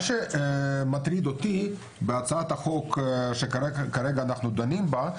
מה שמטריד אותי בהצעת החוק שכרגע אנחנו דנים בה,